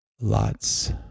lots